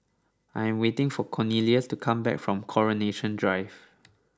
I am waiting for Cornelious to come back from Coronation Drive